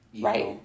Right